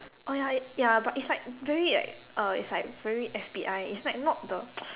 oh ya ya but it's like very like uh it's like very F_B_I it's like not the